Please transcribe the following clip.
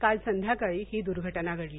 काल संध्याकाळी ही दुर्घटना घडली